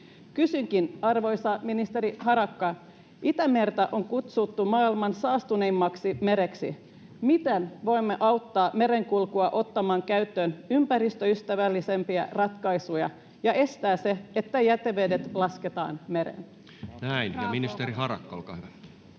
Kysynkin, arvoisa ministeri Harakka: Itämerta on kutsuttu maailman saastuneimmaksi mereksi. Miten voimme auttaa merenkulkua ottamaan käyttöön ympäristöystävällisempiä ratkaisuja ja estää sen, että jätevedet lasketaan mereen? [Speech 101] Speaker: Toinen